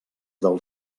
del